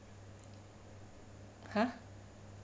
!huh!